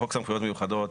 חוק סמכויות מיוחדות,